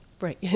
Right